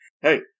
Hey